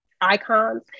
icons